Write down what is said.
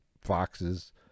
foxes